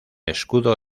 escudo